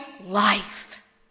life